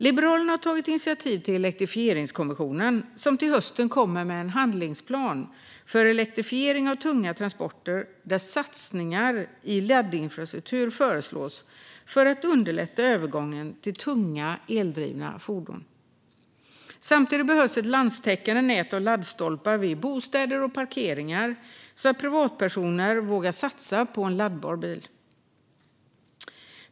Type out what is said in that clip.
Liberalerna har tagit initiativ till Elektrifieringskommissionen, som till hösten kommer med en handlingsplan för elektrifiering av tunga transporter där satsningar på laddinfrastruktur föreslås för att underlätta övergången till tunga eldrivna fordon. Samtidigt behövs ett landstäckande nät av laddstolpar vid bostäder och parkeringar så att privatpersoner vågar satsa på en laddbar bil.